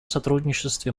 сотрудничестве